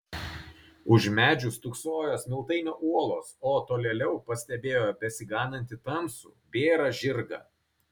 už medžių stūksojo smiltainio uolos o tolėliau pastebėjo besiganantį tamsų bėrą žirgą